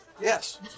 Yes